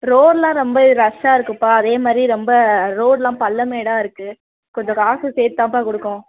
ரோடெலாம் ரொம்ப ரஷ்ஷாக இருக்குதுப்பா அதே மாதிரி ரொம்ப ரோடெலாம் பள்ளம் மேடாக இருக்குது கொஞ்சம் காசு சேர்த்துதான்பா கொடுக்கணும்